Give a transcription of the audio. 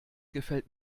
gefällt